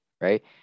right